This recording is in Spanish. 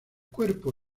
cuerpo